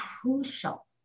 crucial